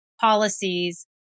policies